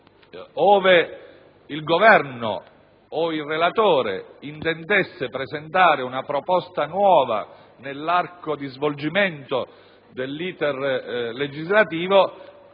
ove il Governo o il relatore intendessero presentare una proposta nuova nell'arco di svolgimento dell'*iter* legislativo,